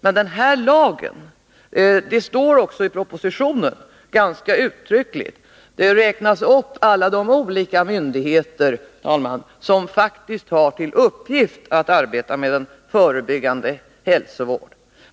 Det står också ganska uttryckligt i propositionen, och alla de olika myndigheter som faktiskt har till uppgift att arbeta med den förebyggande hälsovården räknas upp.